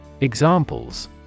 Examples